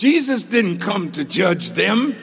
jesus didn't come to judge them